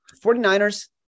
49ers